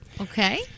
Okay